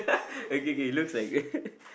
oh K K looks like